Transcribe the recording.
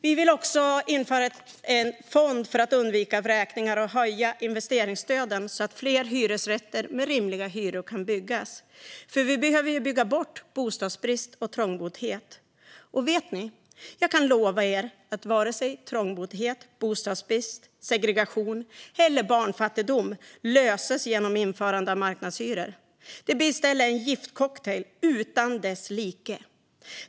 Vi vill införa en fond för att undvika vräkningar och höja investeringsstöden så att fler hyresrätter med rimliga hyror kan byggas, för vi behöver bygga bort bostadsbrist och trångboddhet. Och vet ni? Jag kan lova er att varken trångboddhet, bostadsbrist, segregation eller barnfattigdom löses genom införandet av marknadshyror. Det blir i stället en giftcocktail utan like.